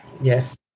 Yes